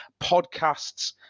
Podcasts